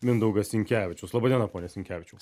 mindaugas sinkevičius laba diena pone sinkevičiau